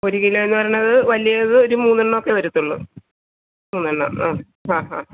ഒരു കിലോ എന്ന് പറയുന്നത് വലിയത് ഒരു മൂന്നെണ്ണം ഒക്കെ വരുള്ളൂ മൂന്നെണ്ണം ആ ഹാ ഹാ